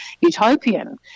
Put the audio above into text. utopian